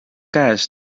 käes